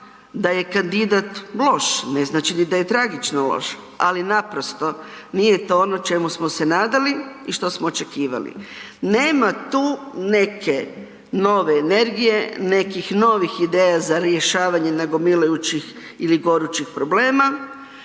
da je kandidat loš, ne znači ni da je tragično loš, ali naprosto nije to ono čemu smo se nadali i što smo očekivali. Nema tu neke nove energije, nekih novih ideja za rješavanje nagomilajućih ili gorućih problema.